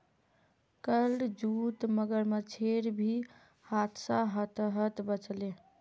कल जूत मगरमच्छेर ली हादसा ह त ह त बच ले